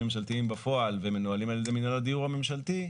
ממשלתיים בפועל ומנוהלים על ידי מינהל הדיור הממשלתי,